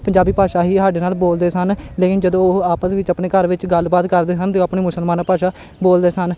ਪੰਜਾਬੀ ਭਾਸ਼ਾ ਹੀ ਸਾਡੇ ਨਾਲ ਬੋਲਦੇ ਸਨ ਲੇਕਿਨ ਜਦੋਂ ਉਹ ਆਪਸ ਵਿੱਚ ਆਪਣੇ ਘਰ ਵਿੱਚ ਗੱਲਬਾਤ ਕਰਦੇ ਸਨ ਅਤੇ ਉਹ ਆਪਣੀ ਮੁਸਲਮਾਨ ਭਾਸ਼ਾ ਬੋਲਦੇ ਸਨ